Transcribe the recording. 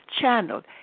channeled